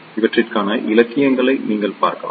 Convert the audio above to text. இவற்றிற்கான இலக்கியங்களை நீங்கள் பார்க்கலாம்